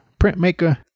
printmaker